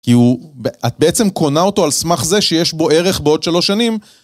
כי הוא, את בעצם קונה אותו על סמך זה שיש בו ערך בעוד שלוש שנים.